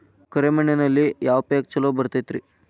ಎರೆ ಮಣ್ಣಿನಲ್ಲಿ ಯಾವ ಪೇಕ್ ಛಲೋ ಬರತೈತ್ರಿ?